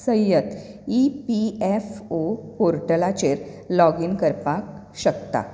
सयत E P F O पोर्टलाचेर login करपाक शकता